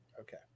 Okay